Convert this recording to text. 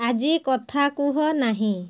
ଆଜି କଥା କୁହ ନାହିଁ